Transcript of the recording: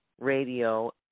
radio